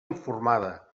informada